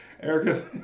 Erica